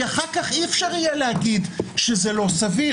כי אחר כך אי-אפשר יהיה להגיד שזה לא סביר,